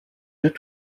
deux